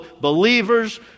believers